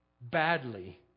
badly